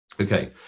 Okay